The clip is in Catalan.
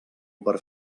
per